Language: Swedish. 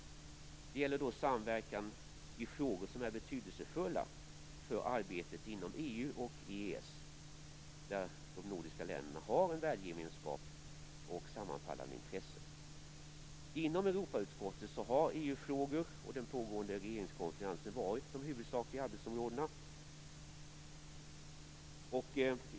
Det gäller samverkan i frågor som är betydelsefulla för arbetet inom EU och EES, där de nordiska länderna har en värdegemenskap och sammanfallande intressen. Inom Europautskottet har EU-frågor och den pågående regeringskonferensen varit de huvudsakliga arbetsområdena.